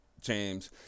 James